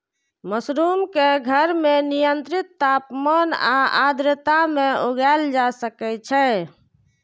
mushroom कें घर मे नियंत्रित तापमान आ आर्द्रता मे उगाएल जा सकै छै